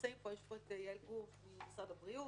נמצאת פה יעל גור ממשרד הבריאות,